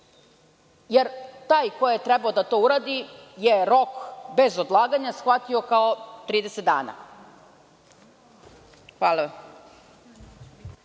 je taj koji je trebao to da uradi rok „bez odlaganja“ shvatio kao 30 dana. Hvala.